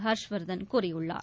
ஹர்ஷ்வர்தன் கூறியுள்ளார்